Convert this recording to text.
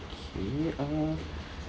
okay uh